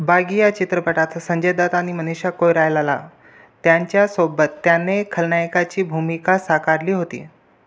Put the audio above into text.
बागी या चित्रपटात संजय दत्त आणि मनीषा कोईरालाला त्यांच्यासोबत त्याने खलनायकाची भूमिका साकारली होती